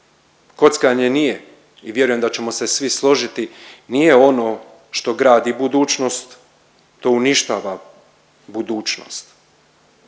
kockanje nije i vjerujem da ćemo se svi složiti, nije ono što gradi budućnost, to uništava budućnost.